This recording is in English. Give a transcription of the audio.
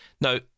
Now